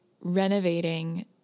renovating